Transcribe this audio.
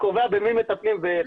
שקובע במי מטפלים ואיך.